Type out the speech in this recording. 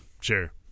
Sure